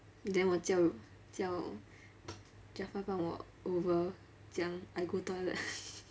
then 我叫叫 jaffar 帮我 over 讲 I go toilet